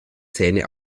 zähne